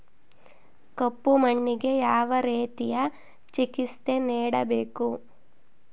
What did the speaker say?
ಕಪ್ಪು ಮಣ್ಣಿಗೆ ಯಾವ ರೇತಿಯ ಚಿಕಿತ್ಸೆ ನೇಡಬೇಕು?